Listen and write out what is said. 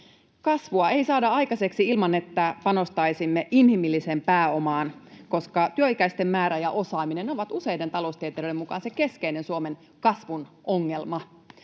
Kasvua ei saada aikaiseksi ilman, että panostaisimme inhimilliseen pääomaan, koska työikäisten määrä ja osaaminen ovat useiden taloustieteilijöiden mukaan se keskeinen Suomen kasvun ongelma.